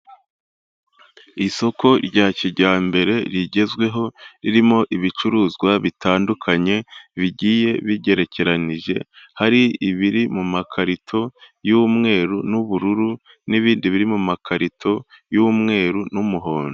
Isoko rya kijyambere rigezweho ririmo ibicuruzwa bitandukanye bigiye bigerekeranije, hari ibiri mu makarito y'umweru n'ubururu, n'ibindi biri mu makarito y'umweru n'umuhondo.